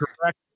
correct